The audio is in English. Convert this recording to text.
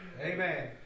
Amen